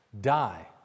die